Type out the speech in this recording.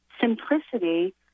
simplicity